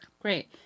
Great